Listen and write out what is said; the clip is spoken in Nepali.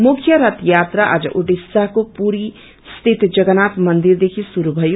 मुख्य रथ यात्रा आज ओडिसाको पुरीस्थित जगन्नाथ मन्दिरदेखि श्रुरू भयो